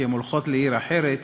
כי הן הולכות לעיר אחרת